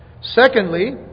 secondly